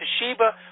Toshiba